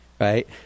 right